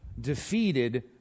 defeated